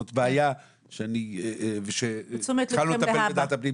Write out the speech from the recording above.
זאת בעיה שהתחלנו לטפל בוועדת הפנים,